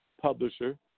publisher